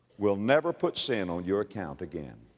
will never put sin on your account again.